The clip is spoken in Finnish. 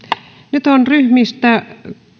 nyt on ryhmistä